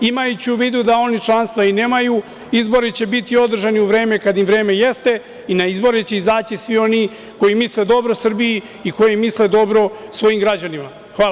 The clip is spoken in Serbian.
Imajući u vidu da oni članstva i nemaju, izboro će biti održani u vreme kad im vreme jeste i na izbore će izaći svi oni koji misle dobro Srbiji i koji misle dobro svojim građanima.